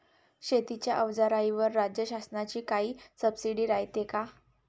शेतीच्या अवजाराईवर राज्य शासनाची काई सबसीडी रायते का?